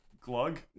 Glug